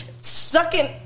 Sucking